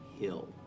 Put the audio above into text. hill